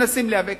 מנסים להיאבק,